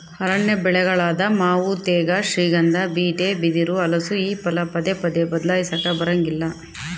ಅರಣ್ಯ ಬೆಳೆಗಳಾದ ಮಾವು ತೇಗ, ಶ್ರೀಗಂಧ, ಬೀಟೆ, ಬಿದಿರು, ಹಲಸು ಈ ಫಲ ಪದೇ ಪದೇ ಬದ್ಲಾಯಿಸಾಕಾ ಬರಂಗಿಲ್ಲ